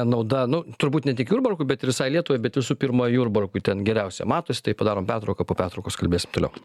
nauda nu turbūt ne tik jurbarkui bet ir visai lietuvai bet visų pirma jurbarkui ten geriausia matos tai padarom pertrauką po pertraukos kalbėsim toliau